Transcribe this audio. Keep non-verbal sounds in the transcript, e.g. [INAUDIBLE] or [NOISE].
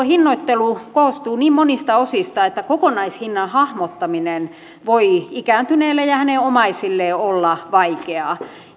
[UNINTELLIGIBLE] hinnoittelu koostuu niin monista osista että kokonaishinnan hahmottaminen voi ikääntyneelle ja hänen omaisilleen olla vaikeaa